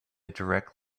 direct